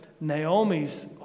Naomi's